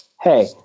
hey